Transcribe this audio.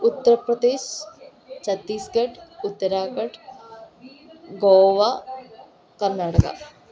Uttar Pradesh Chhattisgarh Uttarakhand Goa Karnataka